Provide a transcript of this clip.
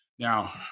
Now